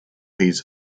his